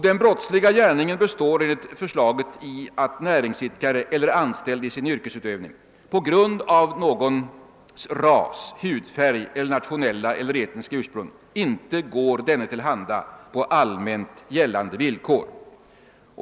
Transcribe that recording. Den brottsliga gärningen består enligt förslaget i att näringsidkare eller anställd i sin yrkesutövning på grund av någons ras, hudfärg, nationella eller etniska ursprung eller trosbekännelse inte går denne till handa på allmänt gällande villkor.